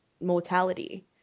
mortality